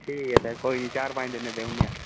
ठीक ऐ सर कोई नी चार पंज दिनें देऊ ओड़ने आं